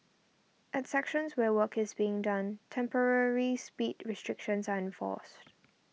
at sections where work is being done temporary speed restrictions are enforced